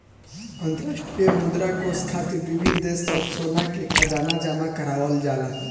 अंतरराष्ट्रीय मुद्रा कोष खातिर विभिन्न देश सब सोना के खजाना जमा करावल जाला